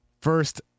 First